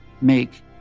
make